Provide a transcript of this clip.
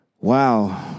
Wow